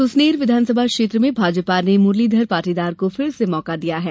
सुसनेर विधानसभा क्षेत्र में भाजपा ने मुरलीघर पाटीदार को फिर से मौका दिया है